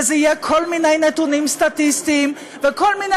ויהיו כל מיני נתונים סטטיסטיים וכל מיני